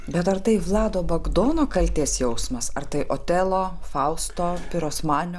bet ar tai vlado bagdono kaltės jausmas ar tai otelo fausto pirosmanio